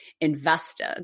invested